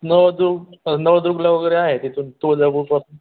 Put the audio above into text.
नळदुर्ग नळदुर्गला वगैरे आहे तिथून तुळजापूरपासून